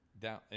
Down